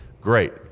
great